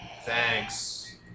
Thanks